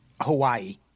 Hawaii